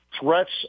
threats